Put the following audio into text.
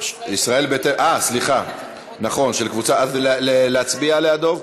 אה, סליחה, להצביע עליה, דב?